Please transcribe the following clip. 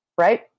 right